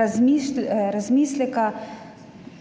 razmisleka.